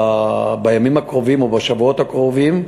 בימים הקרובים או בשבועות הקרובים,